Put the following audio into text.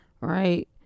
right